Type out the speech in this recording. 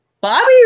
Bobby